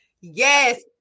Yes